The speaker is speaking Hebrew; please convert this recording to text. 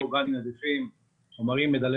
חומרים נדיפים,